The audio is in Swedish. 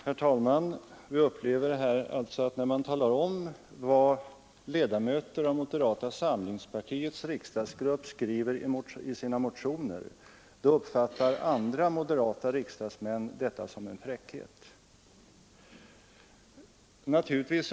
Herr talman! Här upplever vi alltså, att när man talar om vad ledamöter av moderata samlingspartiets riksdagsgrupp skriver i sina motioner, så uppfattar andra moderata riksdagsmän detta som en fräckhet.